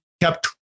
kept